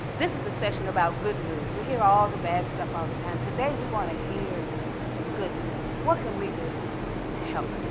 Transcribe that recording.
this is a session about good news. we hear all the bad stuff all the time. today we want to hear some good news. what can we do to help?